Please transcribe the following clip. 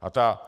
A ta